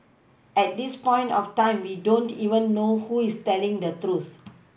at this point of time we don't even know who is telling the truth